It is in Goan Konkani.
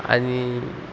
आनी